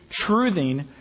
truthing